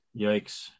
Yikes